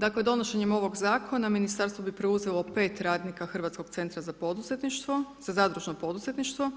Dakle, donošenjem ovog Zakona, Ministarstvo bi preuzelo 5 radnika Hrvatskog centra za zadružno poduzetništvo,